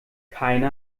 keine